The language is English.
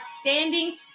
standing